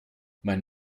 mein